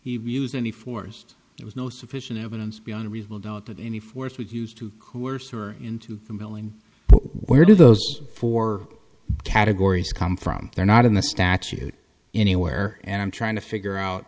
would use any forced there was no sufficient evidence beyond a reasonable doubt of any force was used to coors her into the milling where do those four categories come from they're not in the statute anywhere and i'm trying to figure out